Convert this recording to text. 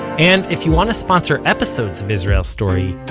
and, if you want to sponsor episodes of israel story,